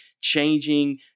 changing